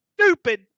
stupid